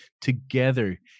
together